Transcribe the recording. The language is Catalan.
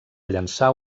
llançar